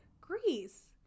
Greece